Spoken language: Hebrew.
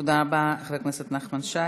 תודה רבה, חבר הכנסת נחמן שי.